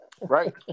Right